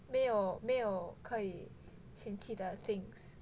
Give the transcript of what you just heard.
没有没有可以嫌弃的 things